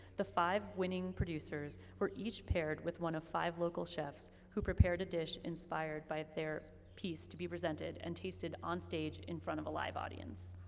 the five winning producers, were each paired with one of five local chefs, who prepared a dish inspired by their piece, to be presented and tasted on stage in front of a live audience.